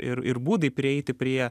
ir ir būdai prieiti prie